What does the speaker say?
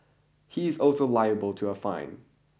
he is also liable to a fine